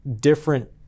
different